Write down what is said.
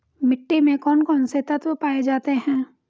मिट्टी में कौन कौन से तत्व पाए जाते हैं?